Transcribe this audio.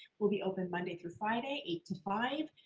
we'll be opened monday through friday eight to five.